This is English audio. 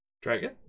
Dragon